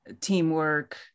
teamwork